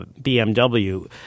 BMW